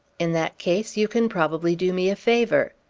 in that case, you can probably do me a favor.